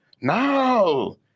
No